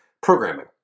programming